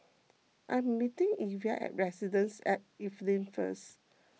I am meeting Iva at Residences at Evelyn first